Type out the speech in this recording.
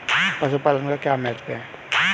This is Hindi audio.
पशुपालन का क्या महत्व है?